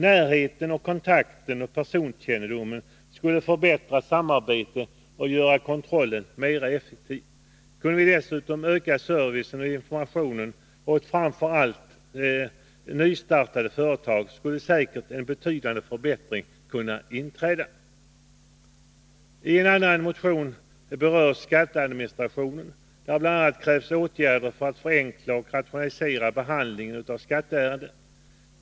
Närheten, kontakten och personkännedomen skulle förbättra samarbetet och göra kontrollen mer effektiv. Kunde vi dessutom öka servicen och informationen åt framför allt nystartade företag, skulle säkerligen betydande förbättringar bli följden. I en annan motion berörs skatteadministrationen. I den krävs bl.a. åtgärder för att förenkla och rationalisera behandlingen av skatteärenden.